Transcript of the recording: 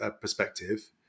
perspective